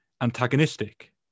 antagonistic